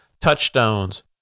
touchstones